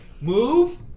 Move